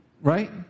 Right